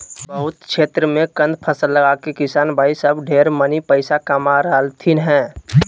बहुत क्षेत्र मे कंद फसल लगाके किसान भाई सब ढेर मनी पैसा कमा रहलथिन हें